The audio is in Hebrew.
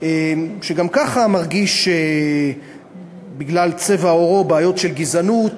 שגם ככה מרגיש בגלל צבע עורו בעיות של גזענות,